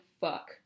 fuck